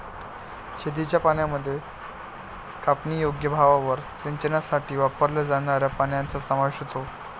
शेतीच्या पाण्यामध्ये कापणीयोग्य भागावर सिंचनासाठी वापरल्या जाणाऱ्या पाण्याचा समावेश होतो